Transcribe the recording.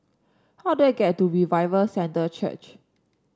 how do I get to Revival Center Church